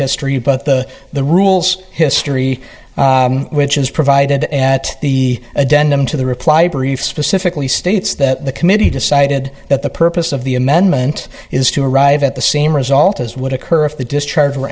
history but the the rules history which is provided at the a denham to the reply brief specifically states that the committee decided that the purpose of the amendment is to arrive at the same result as would occur if the discharge were